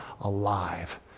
alive